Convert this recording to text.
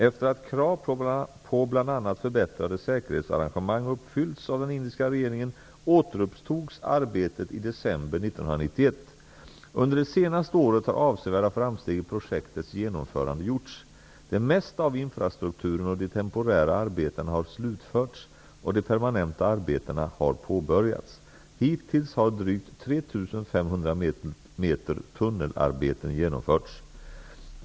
Efter att krav på bl.a. förbättrade säkerhetsarrangemang uppfyllts av den indiska regeringen, återupptogs arbetet i december 1991. Under det senaste året har avsevärda framsteg i projektets genomförande gjorts. Det mesta av infrastrukturen och de temporära arbetena har slutförts och de permanenta arbetena har påbörjats. Hittills har drygt 3 500 m tunnelarbeten genomförts.